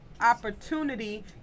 opportunity